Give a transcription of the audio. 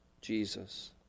Jesus